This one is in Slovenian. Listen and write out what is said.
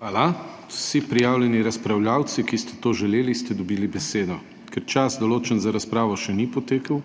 Hvala. Vsi prijavljeni razpravljavci, ki ste to želeli, ste dobili besedo. Ker čas, določen za razpravo, še ni potekel,